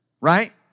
Right